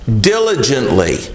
diligently